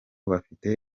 bafite